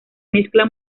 mezcla